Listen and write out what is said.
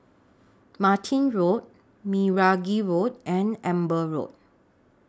Martin Road Meragi Road and Amber Road